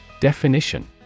Definition